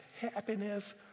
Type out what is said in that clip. happiness